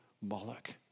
Moloch